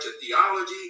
theology